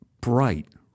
bright